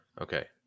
Okay